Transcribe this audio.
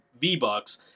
V-Bucks